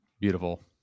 Beautiful